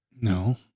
No